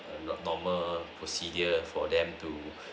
a normal procedure for them to